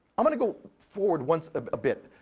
i wanna go forward once a bit.